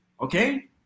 Okay